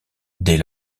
dès